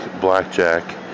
blackjack